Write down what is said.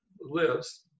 lives